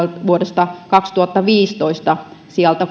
vuodesta kaksituhattaviisitoista sijalta